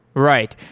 right.